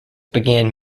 began